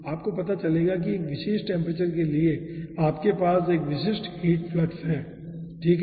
आपको पता चलेगा कि एक विशेष टेम्परेचर के लिए आपके पास एक विशेष हीट फ्लक्स हैं ठीक है